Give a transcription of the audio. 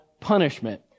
punishment